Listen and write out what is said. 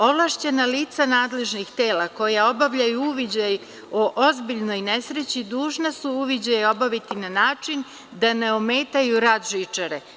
Ovlašćena lica nadležnih tela koja obavljaju uviđaj o ozbiljnoj nesreći, dužna su uviđaj obaviti na način da ne ometaju rad žičare.